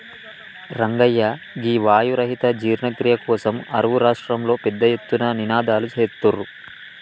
రంగయ్య గీ వాయు రహిత జీర్ణ క్రియ కోసం అరువు రాష్ట్రంలో పెద్ద ఎత్తున నినాదలు సేత్తుర్రు